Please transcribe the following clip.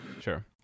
Sure